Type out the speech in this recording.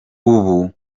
ubu